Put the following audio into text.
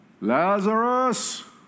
Lazarus